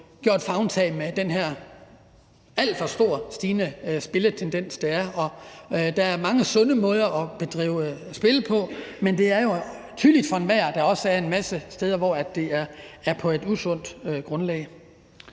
der er, og som er alt for stigende. Der er mange sunde måder at bedrive spil på, men det er jo tydeligt for enhver, at der også er en masse steder, hvor det er på et usundt grundlag.